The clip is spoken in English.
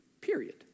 period